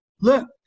Look